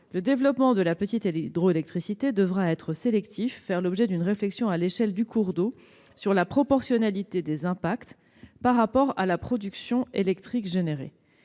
Le développement de la petite hydroélectricité devra être sélectif et faire l'objet d'une réflexion à l'échelle du cours d'eau sur la proportionnalité des impacts par rapport à la production électrique générée.